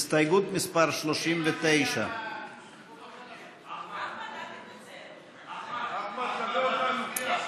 ההסתייגות של חבר הכנסת מוסי רז אחרי סעיף 2 לא נתקבלה.